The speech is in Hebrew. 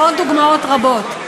ועוד דוגמאות רבות.